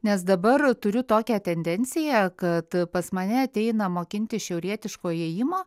nes dabar turiu tokią tendenciją kad pas mane ateina mokintis šiaurietiško ėjimo